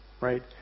right